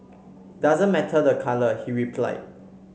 doesn't matter the colour he replied